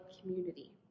community